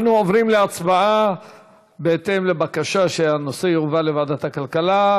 אנחנו עוברים להצבעה בהתאם לבקשה שהנושא יועבר לוועדת הכלכלה.